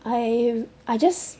I I just